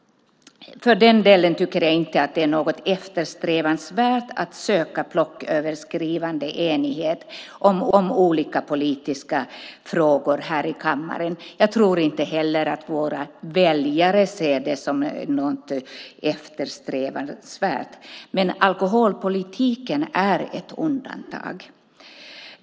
Jag tycker för övrigt inte att det är något eftersträvansvärt att söka blocköverskridande enighet om olika politiska frågor i kammaren. Inte heller tror jag att våra väljare ser det som något eftersträvansvärt. Men alkoholpolitiken är ett undantag.